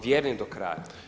Vjerni do kraja.